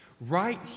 right